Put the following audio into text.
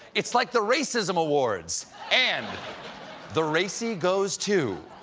it's like the racism awards. and the racey goes to.